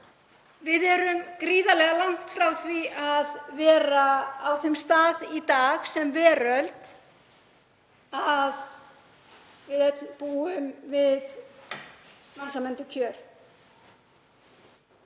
Við erum gríðarlega langt frá því að vera á þeim stað í dag sem veröld að við öll búum við mannsæmandi kjör.